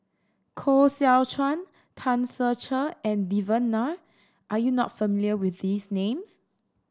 Koh Seow Chuan Tan Ser Cher and Devan Nair are you not familiar with these names